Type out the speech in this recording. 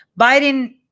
Biden